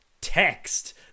text